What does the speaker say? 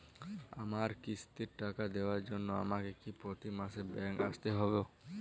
আমার কিস্তির টাকা দেওয়ার জন্য আমাকে কি প্রতি মাসে ব্যাংক আসতে হব?